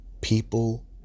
people